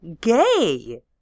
gay